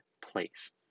place